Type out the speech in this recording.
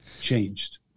changed